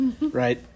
right